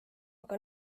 aga